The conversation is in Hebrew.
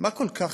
מה כל כך?